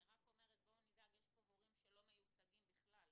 אני רק אומרת שיש כאן הורים שלא מיוצגים בכלל.